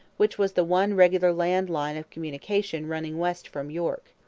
which was the one regular land line of communication running west from york.